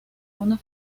una